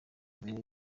mbere